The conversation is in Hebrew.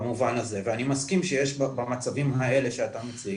ובמובן הזה ואני מסכים שיש במצבים האלה שאתה מציג